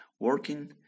working